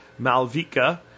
Malvika